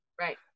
Right